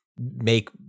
make